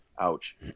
Ouch